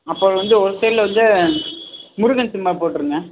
அப்புறம் வந்து ஒரு சைடில் வந்து முருகன் சிம்பல் போட்டிடுங்க